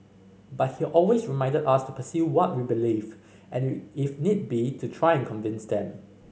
but he always reminded us to pursue what we believed and if need be to try and convince him